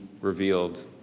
revealed